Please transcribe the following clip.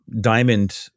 diamond